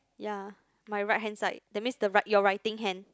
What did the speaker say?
ya my right hand side that means the right your writing hand